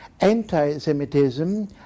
anti-Semitism